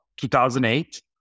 2008